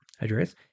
address